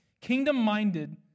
Kingdom-minded